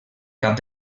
cap